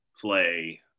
play